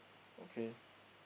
okay